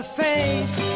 face